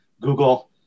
Google